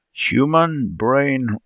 Human-Brain